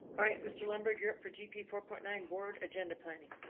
all right, mr lumber grip for gp four point nine word agenda planning.